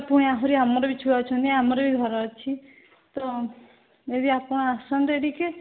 ପୁଣି ଆହୁରି ଆମର ବି ଛୁଆ ଅଛନ୍ତି ଆମର ବି ଘର ଅଛି ତ ଯଦି ଆପଣ ଆସନ୍ତେ ଟିକିଏ